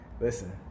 listen